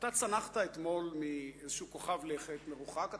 אתה צנחת אתמול מאיזשהו כוכב לכת מרוחק,